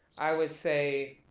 i would say,